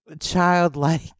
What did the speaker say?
childlike